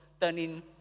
turning